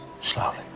slowly